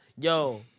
yo